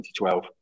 2012